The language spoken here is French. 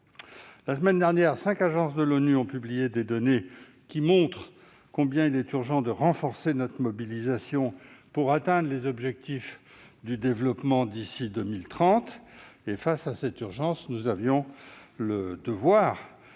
La semaine dernière, cinq agences de l'ONU ont publié des données qui montrent combien il est urgent de renforcer notre mobilisation pour atteindre les objectifs de développement durable d'ici à 2030. Face à cette urgence, nous avions le devoir de nous entendre sur un